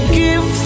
give